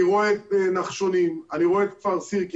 אני רואה את נחשונים, אני רואה את כפר סירקין.